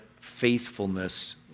faithfulness